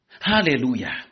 Hallelujah